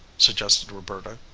suggested roberta.